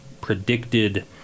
predicted